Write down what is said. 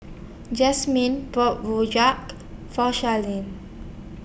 Jasmin bought Rojak For Shirlene